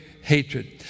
hatred